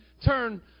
turn